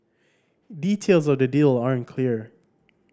details of the deal aren't clear